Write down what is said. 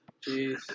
Jeez